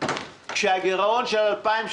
כשהגרעון של 2018,